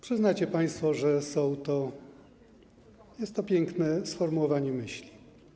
Przyznacie państwo, że jest to piękne sformułowanie myśli.